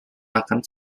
akan